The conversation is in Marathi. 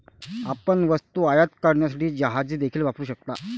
आपण वस्तू आयात करण्यासाठी जहाजे देखील वापरू शकता